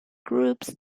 groups